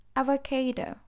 avocado